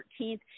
13th